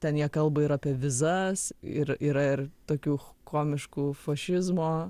ten jie kalba ir apie vizas ir yra ir tokių komiškų fašizmo